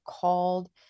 called